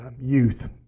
youth